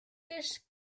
this